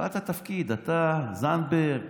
קיבלת תפקיד, אתה, זנדברג,